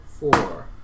Four